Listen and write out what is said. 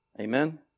Amen